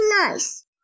nice